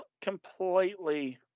Completely